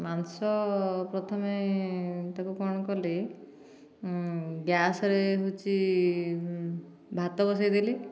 ମାଂସ ପ୍ରଥମେ ତାକୁ କଣ କଲି ଗ୍ୟାସ୍ ରେ ହଉଛି ଭାତ ବସେଇଦେଲି